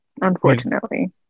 Unfortunately